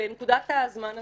בנקודת הזמן הזאת,